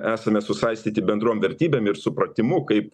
esame susaistyti bendrom vertybėm ir supratimu kaip